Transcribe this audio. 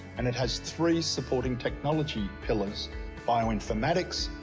and it has three supporting technology pillars bioinformatics,